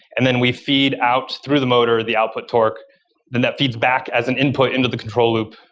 and then we feed out through the motor, the output torque. then that feeds back as an input into the control loop,